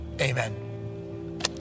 Amen